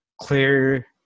clear